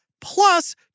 plus